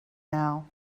now